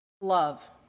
Love